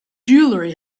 jewelry